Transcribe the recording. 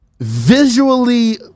visually